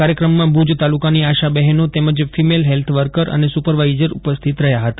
કાર્યક્રમમાં ભુજ તાલુકાની આશા બહેનો તેમજ ફિમેલ હેલ્થ વર્કર અને સુપરવાઈઝર ઉપસ્થિત રહયા હતા